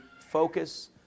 focus